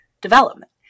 development